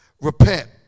repent